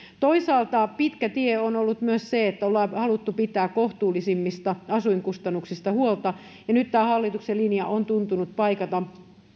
toisaalta pitkä tie on ollut myös se että ollaan haluttu pitää kohtuullisemmista asuinkustannuksista huolta ja nyt tämä hallituksen linja on ollut paikata